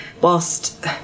whilst